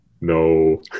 No